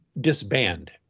disband